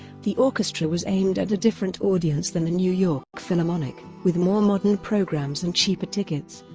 the orchestra was aimed at a different audience than the new york philharmonic, with more modern programs and cheaper tickets.